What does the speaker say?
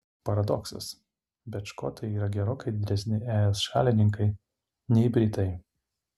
paradoksas bet škotai yra gerokai didesni es šalininkai nei britai